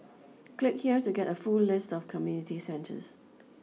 click here to get a full list of community centres